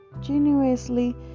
Genuinely